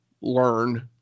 learn